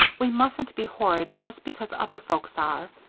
we mustn't be horrid just because other folks are.